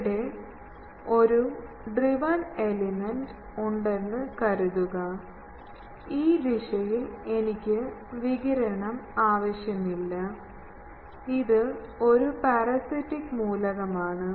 ഇവിടെ ഒരു driven elements ഉണ്ടെന്ന് കരുതുക ഈ ദിശയിൽ എനിക്ക് വികിരണം ആവശ്യമില്ല ഇത് ഒരു പരാസിറ്റിക് മൂലകമാണ്